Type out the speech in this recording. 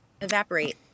evaporate